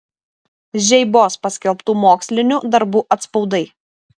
žeibos paskelbtų mokslinių darbų atspaudai